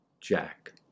Jack